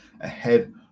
ahead